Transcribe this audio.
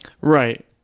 right